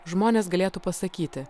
žmonės galėtų pasakyti